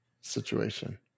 situation